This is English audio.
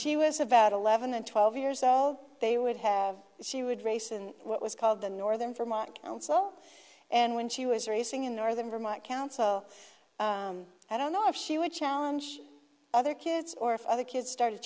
she was about eleven and twelve years old they would have she would race in what was called the northern vermont council and when she was racing in northern vermont council i don't know if she would challenge other kids or if other kids started